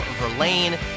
Verlaine